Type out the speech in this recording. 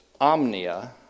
omnia